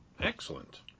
excellent